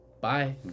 Bye